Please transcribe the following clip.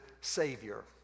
Savior